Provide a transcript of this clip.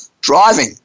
driving